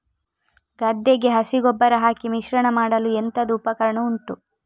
ಗದ್ದೆಗೆ ಹಸಿ ಗೊಬ್ಬರ ಹಾಕಿ ಮಿಶ್ರಣ ಮಾಡಲು ಎಂತದು ಉಪಕರಣ ಉಂಟು?